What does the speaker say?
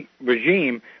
regime